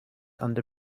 under